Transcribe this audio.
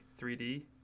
3D